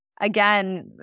again